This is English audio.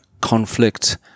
conflict